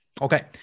Okay